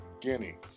Guinea